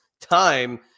time